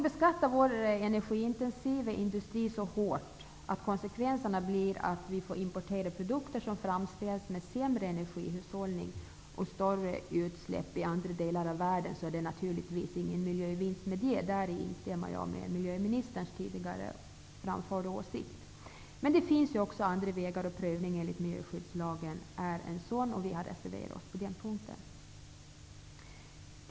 Om den energiintensiva industrin beskattas så hårt att konsekvenserna blir att vi får importera produkter som framställts med sämre energihushållning och större utsläpp i andra delar av världen, gör man naturligtvis ingen miljövinst. Därvidlag instämmer jag med miljöministerns tidigare framförda åsikt. Men det finns också andra vägar att pröva, av vilka miljöskyddslagen är en väg. Vi har därför reserverat oss på den punkten.